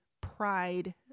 pride